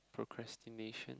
procrastination